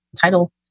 title